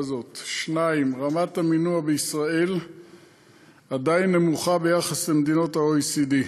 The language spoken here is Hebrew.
זו; רמת המינוע בישראל עדיין נמוכה ביחס למדינות ה-OECD.